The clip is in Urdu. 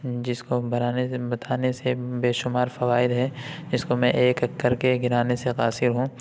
جس کو بنانے سے بتانے سے بےشمار فوائد ہیں اس کو میں ایک ایک کر کے گنانے سے قاصر ہوں